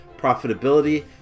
profitability